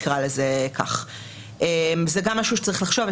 זה גם משהו שצריך לזכור.